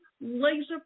laser